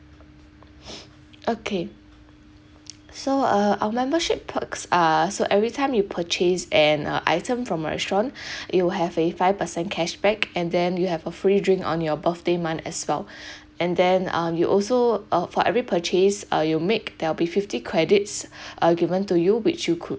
okay so uh our membership perks are so every time you purchase an uh item from our restaurant you will have a five percent cashback and then you have a free drink on your birthday month as well and then uh you also uh for every purchase uh you make there'll be fifty credits uh given to you which you could